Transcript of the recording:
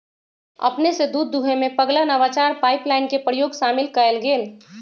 अपने स दूध दूहेमें पगला नवाचार पाइपलाइन के प्रयोग शामिल कएल गेल